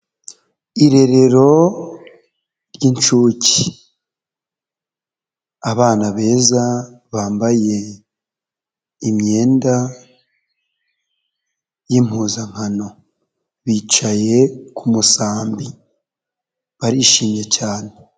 Irerero ry'incuke, abana beza bambaye imyenda y'impuzankano, bicaye ku kumusambi, barishimye cyane.